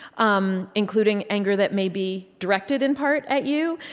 um including anger that may be directed, in part, at you.